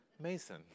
Mason